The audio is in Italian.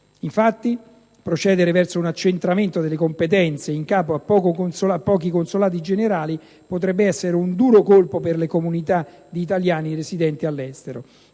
Infatti, procedere verso un accentramento delle competenze in capo a pochi consolati generali, potrebbe essere un duro colpo per le comunità di italiani residenti all'estero.